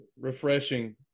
refreshing